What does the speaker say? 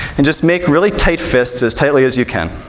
and just make really tight fists, as tightly as you can.